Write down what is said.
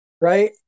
right